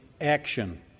action